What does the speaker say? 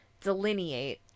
delineate